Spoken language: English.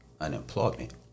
unemployment